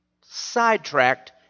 sidetracked